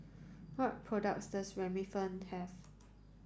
what products does Remifemin have